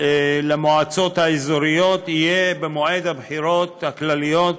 למועצות האזוריות יהיה במועד הבחירות הכלליות